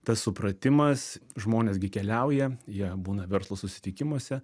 tas supratimas žmonės gi keliauja jie būna verslo susitikimuose